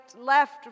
left